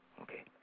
Okay